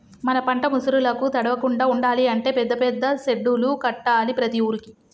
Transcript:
మన పంట ముసురులకు తడవకుండా ఉండాలి అంటే పెద్ద పెద్ద సెడ్డులు కట్టాలి ప్రతి ఊరుకి